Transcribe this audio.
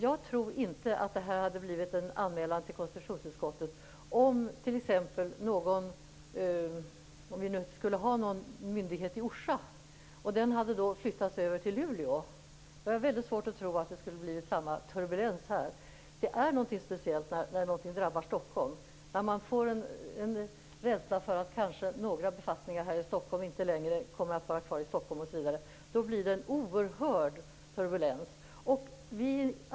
Jag tror inte att det hade blivit en anmälan till konstitutionsutskottet om t.ex. en myndighet i Orsa, om vi hade haft någon, hade flyttats över till Luleå. Jag har väldigt svårt att tro att det hade blivit samma turbulens då. Det är speciellt när något drabbar Stockholm. När man får en rädsla för att några befattningar här i Stockholm kanske inte längre kommer att vara kvar, blir det en oerhörd turbulens.